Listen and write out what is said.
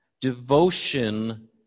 devotion